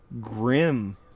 grim